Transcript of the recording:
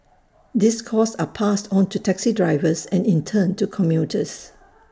these costs are passed on to taxi drivers and in turn to commuters